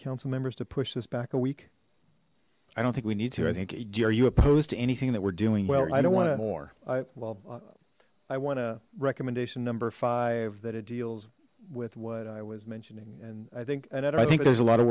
council members to push this back a week i don't think we need to i think jerry you opposed to anything that we're doing well i don't want more i i want a recommendation number five that it deals with what i was mentioning and i think and i think there's a lot of